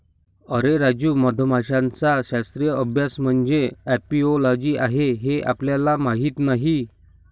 अरे राजू, मधमाशांचा शास्त्रीय अभ्यास म्हणजे एपिओलॉजी आहे हे आपल्याला माहीत नाही